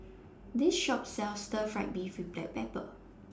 This Shop sells Stir Fried Beef with Black Pepper